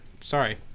sorry